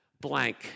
blank